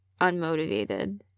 unmotivated